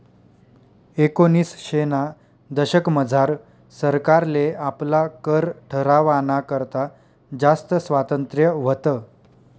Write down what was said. एकोनिसशेना दशकमझार सरकारले आपला कर ठरावाना करता जास्त स्वातंत्र्य व्हतं